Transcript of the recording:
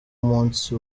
munsi